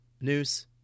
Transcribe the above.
News